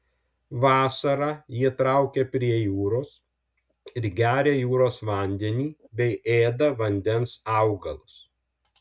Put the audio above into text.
vasarą jie traukia prie jūros ir geria jūros vandenį bei ėda vandens augalus